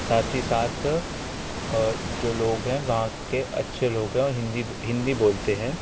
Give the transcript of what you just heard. साथ ही साथ और जो लोग हैं वहाँ के अच्छे लोग है और हिन्दी हिन्दी बोलते हैं